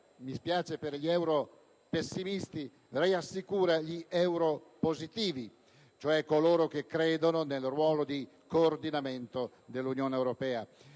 mi spiace per gli europessimisti - rassicura gli europositivi, cioè coloro che credono nel ruolo di coordinamento dell'Unione europea.